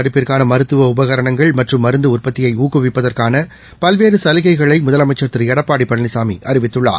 தடுப்புக்கானமருத்துவஉபகரணங்கள் மற்றும் மருந்துஉற்பத்தியைஊக்குவிப்பதற்கானபல்வேறுசலுகைகளைமுதலமைச்சர் திருஎடப்பாடிபழனிசாமிஅறிவித்துள்ளார்